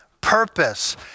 purpose